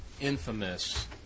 infamous